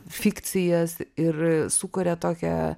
fikcijas ir sukuria tokią